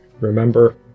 Remember